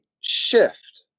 shift